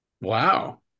wow